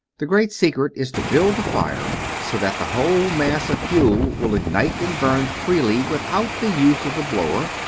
the great secret is to build the fire so that the whole mass of fuel will ignite and burn freely without the use of the blower,